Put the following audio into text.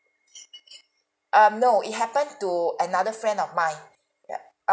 um no it happened to another friend of mine ya